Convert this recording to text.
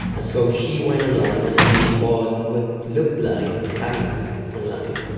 and so she went online and she bought what looked like tamiflu online,